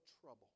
trouble